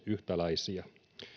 yhtäläisiä